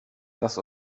das